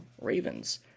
Ravens